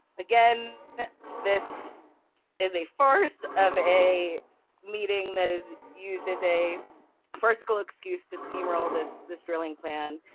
again this is a farce of a meeting that is used as a farcical excuse to steamroll this this drilling plan,